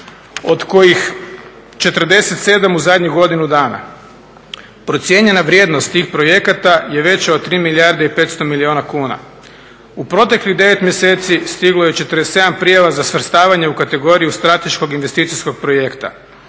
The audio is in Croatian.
od kojih 47 u zadnjih godinu dana. Procijenjena vrijednost tih projekata je veća od 3 milijarde i 500 milijuna kuna. U proteklih 9 mjeseci stiglo je 47 prijava za svrstavanje u kategoriju strateškog investicijskog projekta.